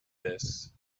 this